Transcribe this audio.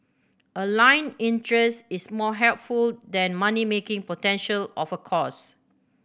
aligned interest is more helpful than money making potential of a course